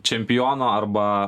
čempiono arba